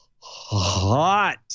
hot